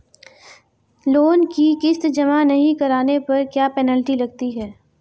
Loan की किश्त जमा नहीं कराने पर क्या पेनल्टी लगती है?